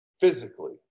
physically